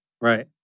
Right